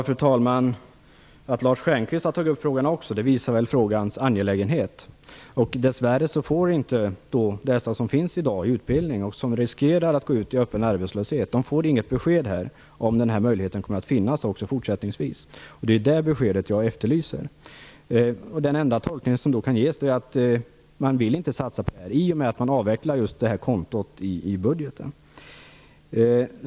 Fru talman! Att Lars Stjernkvist också har tagit upp frågan visar väl frågans angelägenhet. Dess värre får inte de som i dag går i utbildning och som riskerar att gå ut i öppen arbetslöshet något besked, om möjligheten till utbildning kommer att finnas också fortsättningsvis. Det är det beskedet jag efterlyser. Den enda tolkning som kan ges är att man inte vill satsa på detta, i och med att man avvecklar just det kontot i budgeten.